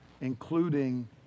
including